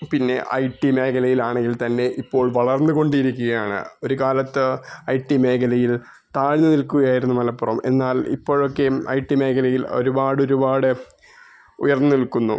പിന്നെ I T മേഖലയിലാണെങ്കിൽ തന്നെ ഇപ്പോൾ വളർന്ന് കൊണ്ടിരിക്കുകയാണ് ഒര് കാലത്ത് ഐ ടി മേഖലയിൽ താഴ്ന്ന് നിൽക്കുകയായിരുന്നു മലപ്പുറം എന്നാൽ ഇപ്പോഴൊക്കേയും ഐ ടി മേഖലയിൽ ഒരുപാടൊരുപാട് ഉയർന്ന് നിൽക്കുന്നു